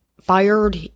fired